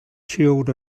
shield